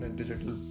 digital